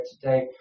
today